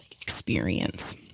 experience